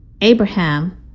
Abraham